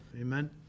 Amen